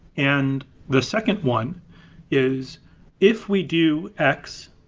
and the second one is if we do x,